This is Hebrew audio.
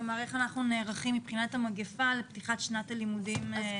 כלומר: איך אנחנו נערכים מבחינת המגיפה לפתיחת שנת הלימודים הבאה.